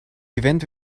event